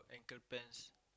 ankle pants